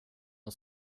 han